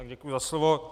Děkuji za slovo.